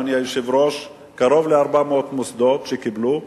אדוני היושב-ראש: קרוב ל-400 מוסדות קיבלו.